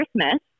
Christmas